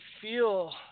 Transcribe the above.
feel